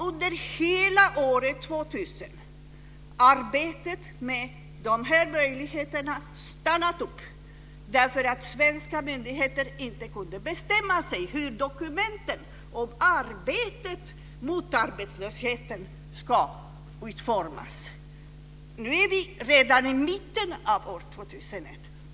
Under hela år 2000 har det arbetet stannat upp, därför att svenska myndigheter inte kunde bestämma sig för hur dokumenten om arbetet mot arbetslösheten ska utformas. Vi är nu redan i mitten av år 2001.